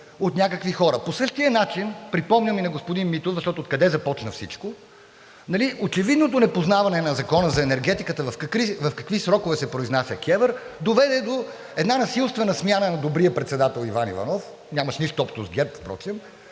от някакви хора. По същия начин, припомням и на господин Митев, защото откъде започна всичко, очевидното непознаване на Закона за енергетиката в какви срокове се произнася КЕВР доведе до една насилствена смяна на добрия председател Иван Иванов, нямащ нищо общо с ГЕРБ впрочем,